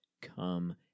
come